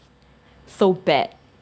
so bad